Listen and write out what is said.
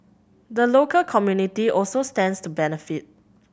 the local community also stands to benefit